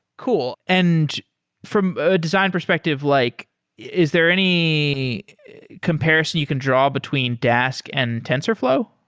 cool. and from a design perspective, like is there any comparison you can draw between dask and tensorflow?